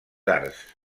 arts